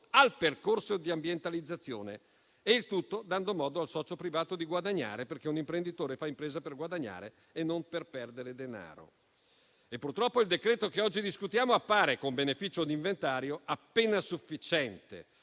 al percorso di ambientalizzazione; il tutto dando modo al socio privato di guadagnare, perché un imprenditore fa impresa per guadagnare e non per perdere denaro. Purtroppo, il decreto che oggi discutiamo appare, con beneficio di inventario, appena sufficiente